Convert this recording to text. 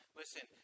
listen